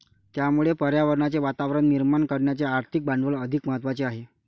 त्यामुळे पर्यावरणाचे वातावरण निर्माण करण्याचे आर्थिक भांडवल अधिक महत्त्वाचे आहे